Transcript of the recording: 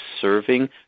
serving